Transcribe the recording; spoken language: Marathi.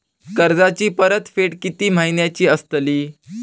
कर्जाची परतफेड कीती महिन्याची असतली?